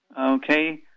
okay